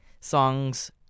songs